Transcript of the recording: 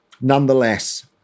nonetheless